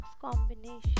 combination